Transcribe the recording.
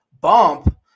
bump